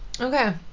Okay